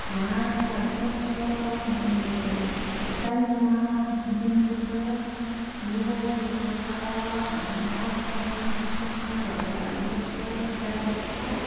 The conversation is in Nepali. घाँस काट्नुपर्छ टाइममा दिनुपर्छ गोबर सोहोर्नुपर्छ ओछ्यान सोत्तरहरू हाल्नुपर्छ गाईलाई पुरा